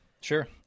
Sure